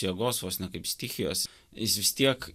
jėgos vos ne kaip stichijos jis vis tiek